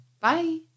Bye